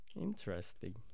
Interesting